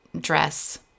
dress